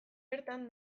bertan